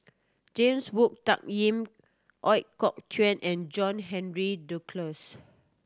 James Wong Tuck Yim Ooi Kok Chuen and John Henry Duclos